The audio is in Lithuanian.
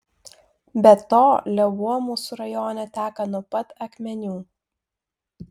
be to lėvuo mūsų rajone teka nuo pat akmenių